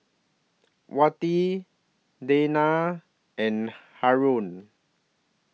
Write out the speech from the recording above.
Wati Dayna and Haron